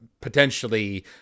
potentially